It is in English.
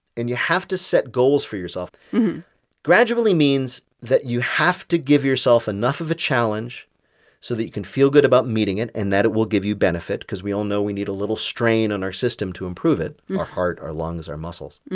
and you have to set goals for yourself mmm hmm gradually means that you have to give yourself enough of a challenge so that you can feel good about meeting it and that it will give you benefit because we all know we need a little strain on our system to improve it our heart, our lungs, our muscles